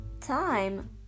time